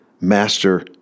master